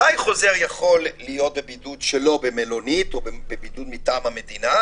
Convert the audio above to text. מתי חוזר יכול להיות בבידוד שלא במלונית או בבידוד מטעם המדינה,